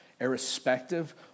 irrespective